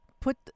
put